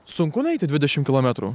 sunku nueiti dvidešimt kilometrų